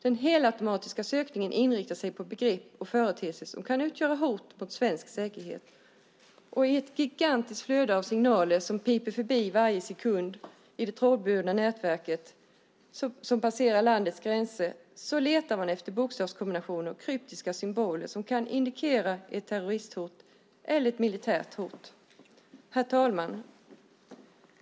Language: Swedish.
Den helautomatiska sökningen inriktar sig på begrepp och företeelser som kan utgöra hot mot svensk säkerhet. I ett gigantiskt flöde av signaler som piper förbi varje sekund i det trådbundna nätverket och som passerar landets gränser letar man efter bokstavskombinationer och kryptiska symboler som kan indikera ett terroristhot eller ett militärt hot. Herr talman!